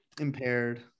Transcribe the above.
impaired